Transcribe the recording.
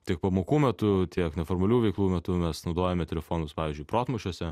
tiek pamokų metu tiek neformalių veiklų metu mes naudojame telefonus pavyzdžiui protmūšiuose